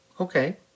Okay